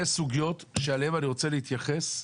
סוגיות שאליהן אני רוצה להתייחס.